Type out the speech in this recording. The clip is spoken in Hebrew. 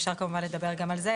אפשר כמובן לדבר גם על זה.